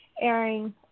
airing